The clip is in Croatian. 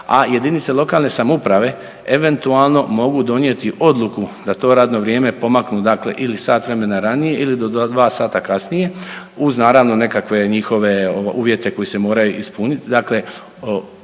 a jedinice lokalne samouprave eventualno mogu donijeti odluku da to radno vrijeme pomaknu dakle ili sat vremena ranije ili do 2 sata kasnije uz naravno nekakve njihove uvjete koji se moraju ispuniti.